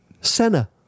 Senna